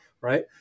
Right